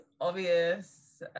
obvious